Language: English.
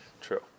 True